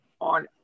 on